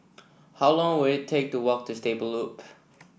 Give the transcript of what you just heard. how long will it take to walk to Stable Loop